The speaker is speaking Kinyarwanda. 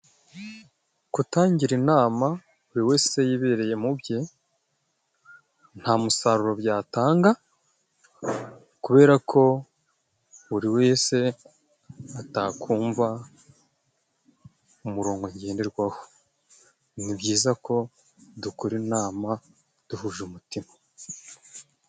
Gutangira inama buri wese yibereye mu bye nta musaruro byatanga, kubera ko buri wese atakumva umurongo ngenderwaho. Ni byiza ko dukora inama duhuje umutima.